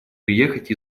приехать